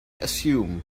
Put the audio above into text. assume